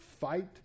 fight